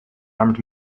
armed